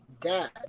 dad